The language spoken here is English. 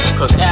Cause